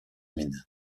mine